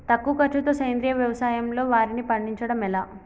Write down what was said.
తక్కువ ఖర్చుతో సేంద్రీయ వ్యవసాయంలో వారిని పండించడం ఎలా?